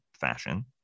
fashion